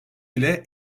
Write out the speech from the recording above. ile